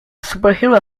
superhero